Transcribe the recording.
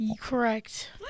Correct